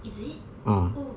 is it oh